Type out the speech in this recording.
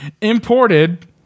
imported